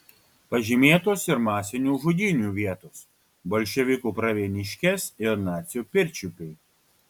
pažymėtos ir masinių žudynių vietos bolševikų pravieniškės ir nacių pirčiupiai